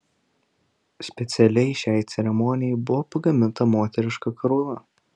specialiai šiai ceremonijai buvo pagaminta moteriška karūna